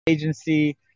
agency